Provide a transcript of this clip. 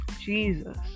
Jesus